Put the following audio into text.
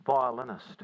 violinist